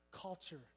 culture